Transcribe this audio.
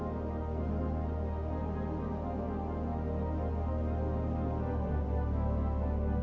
or